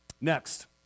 Next